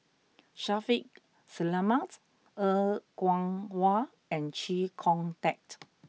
Shaffiq Selamat Er Kwong Wah and Chee Kong Tet